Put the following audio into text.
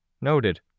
Noted